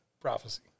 prophecy